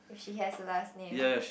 if she has a last name